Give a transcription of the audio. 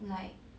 like